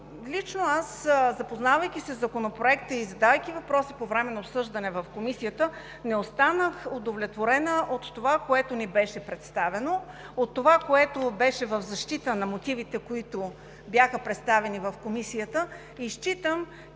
Лично аз, запознавайки се със Законопроекта и задавайки въпроси по време на обсъждането в Комисията, не останах удовлетворена от това, което ни беше представено, от защита на мотивите, които бяха представени в Комисията. Считам,